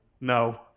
No